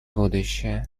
будущее